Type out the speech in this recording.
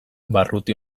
barruti